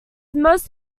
most